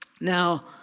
Now